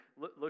Look